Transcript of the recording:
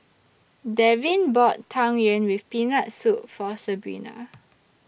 Davin bought Tang Yuen with Peanut Soup For Sabrina